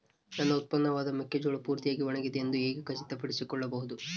ನನ್ನ ಉತ್ಪನ್ನವಾದ ಮೆಕ್ಕೆಜೋಳವು ಪೂರ್ತಿಯಾಗಿ ಒಣಗಿದೆ ಎಂದು ಹೇಗೆ ಖಚಿತಪಡಿಸಿಕೊಳ್ಳಬಹುದು?